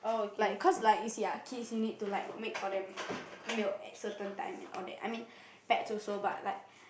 like cause like you see ah kids you need to like make for them milk at certain time and all that I mean pets also but like